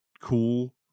cool